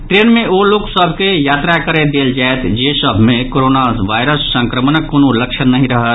train मे ओ लोक सभ के यात्रा करय देल जायत जेसभ मे कोरोना वायरस संक्रमणक कोनो लक्षण नहि रहत